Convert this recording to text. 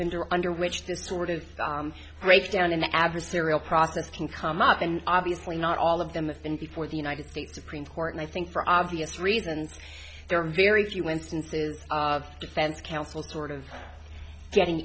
under under which this sort of breakdown an adversarial process can come up and obviously not all of them have been before the united states supreme court and i think for obvious reasons there are very few instances of defense counsel sort of getting